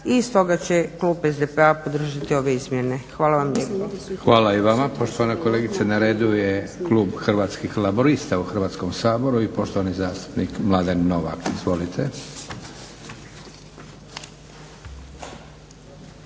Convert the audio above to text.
i stoga će klub SDP-a podržati ove izmjene. Hvala vam lijepo. **Leko, Josip (SDP)** Hvala i vama poštovana kolegice. Na redu je klub Hrvatskih laburista u Hrvatskom saboru i poštovani zastupnik Mladen Novak. Izvolite.